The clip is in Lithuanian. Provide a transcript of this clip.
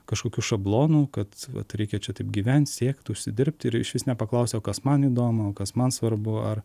kažkokiu šablonu kad vat reikia čia taip gyvent siekt užsidirbt ir išvis nepaklausia o kas man įdomu kas man svarbu ar